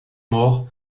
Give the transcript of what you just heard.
mort